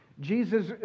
Jesus